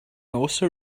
also